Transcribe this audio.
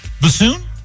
Bassoon